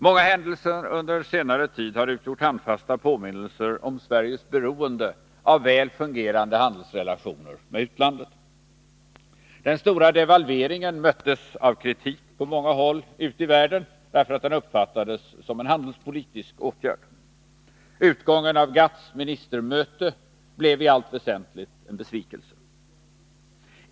Många händelser under senare tid har utgjort handfasta påminnelser om Sveriges beroende av väl fungerande handelsrelationer med utlandet. Den stora devalveringen möttes av kritik på många håll ute i världen därför att den uppfattades som en handelspolitisk åtgärd. Utgången av GATT:s ministermöte blev i allt väsentligt en besvikelse.